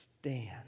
Stand